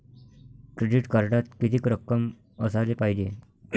Credit कार्डात कितीक रक्कम असाले पायजे?